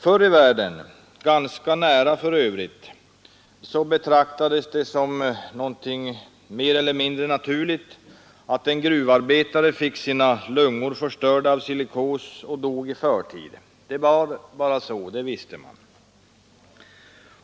Förr i världen — ganska nära i tiden för övrigt — betraktades det som något mer eller mindre naturligt att en gruvarbetare fick sina lungor förstörda av silikos och dog i förtid. Det var bara så, det visste man.